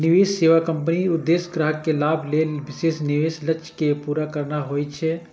निवेश सेवा कंपनीक उद्देश्य ग्राहक के लाभ लेल विशेष निवेश लक्ष्य कें पूरा करना होइ छै